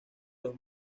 los